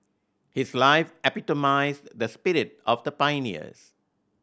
his life epitomised the spirit of the pioneers